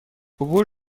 عبور